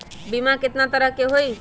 बीमा केतना तरह के होइ?